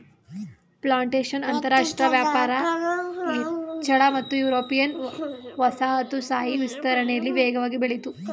plantation ಅಂತರಾಷ್ಟ್ರ ವ್ಯಾಪಾರ ಹೆಚ್ಚಳ ಮತ್ತು ಯುರೋಪಿಯನ್ ವಸಾಹತುಶಾಹಿ ವಿಸ್ತರಣೆಲಿ ವೇಗವಾಗಿ ಬೆಳಿತು